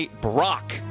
Brock